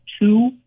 two